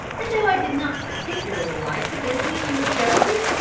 and though i did not particularly like the business you had chosen,